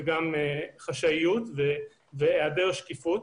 בתוספת חשאיות והיעדר שקיפות.